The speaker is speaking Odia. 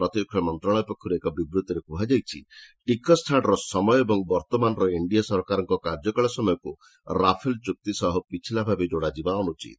ପ୍ରତିରକ୍ଷା ମନ୍ତ୍ରଣାଳୟ ପକ୍ଷରୁ ଏକ ବିବୃଭିରେ କୁହାଯାଇଛି ଟିକସ ଛାଡ଼ର ସମୟ ଏବଂ ବର୍ତ୍ତମାନର ଏନ୍ଡିଏ ସରକାରଙ୍କ କାର୍ଯ୍ୟକାଳ ସମୟକୁ ରାଫେଲ୍ ଚ୍ରକ୍ତି ସହ ପିଛିଲା ଭାବେ ଯୋଡ଼ାଯିବା ଅନ୍ରଚିତ